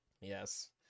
Yes